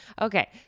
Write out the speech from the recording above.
Okay